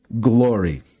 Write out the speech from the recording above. glory